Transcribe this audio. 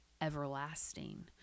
everlasting